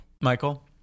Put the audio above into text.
michael